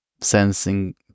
sensing